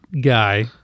guy